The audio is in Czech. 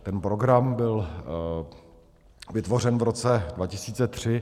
Ten program byl vytvořen v roce 2003.